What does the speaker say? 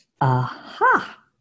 Aha